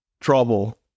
trouble